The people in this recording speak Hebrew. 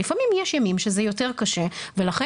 אבל לפעמים יש ימים שזה יותר קשה ולכן